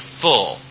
full